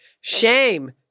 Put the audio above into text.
shame